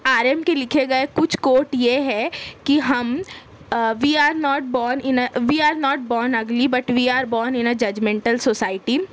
آرئم کے لکھے گئے کچھ کوٹ یہ ہیں کہ ہم we are not born in a we are not born ugly but we are born in a judgmental society